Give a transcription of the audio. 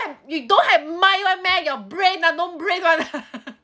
you don't have mind one meh your brain ah no brain [one]